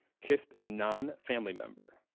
kissed a non family member?